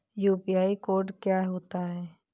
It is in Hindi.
यू.पी.आई कोड क्या होता है?